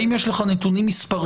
האם יש לך נתונים מספריים,